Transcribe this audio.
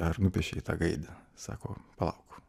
ar nupiešei tą gaidį sako palauk